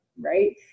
right